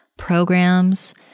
programs